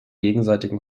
gegenseitigen